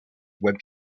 web